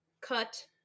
cut